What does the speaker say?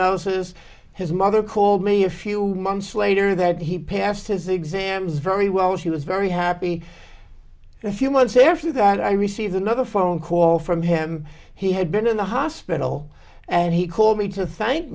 hypnosis his mother called me a few months later that he passed his exams very well she was very happy a few months a few that i received another phone call from him he had been in the hospital and he called me to